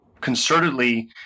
concertedly